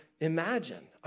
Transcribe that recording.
imagine